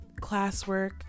classwork